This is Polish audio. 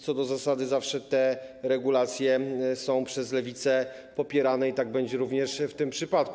Co do zasady zawsze te regulacje są przez Lewicę popierane i tak będzie również w tym przypadku.